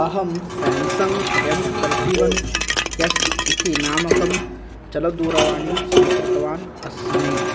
अहं Samsung M thirty one S इति नामकं चलदूरवाणीं स्वीकृतवान् अस्मि